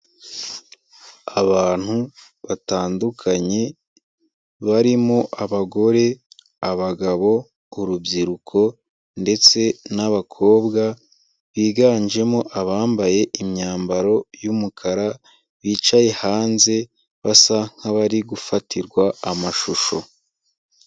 Abantu batandukanye barimo abagore, abagabo, urubyiruko ndetse n'abakobwa, biganjemo abambaye imyambaro y'umukara, bicaye hanze basa nk'abari gufatirwa amashusho.